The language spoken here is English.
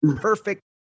perfect